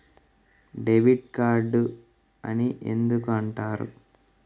Debit card అని ఎందుకు అంటారు?